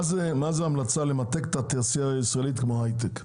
מה זו ההמלצה למתג את התעשייה הישראלית כמו הייטק?